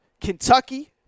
Kentucky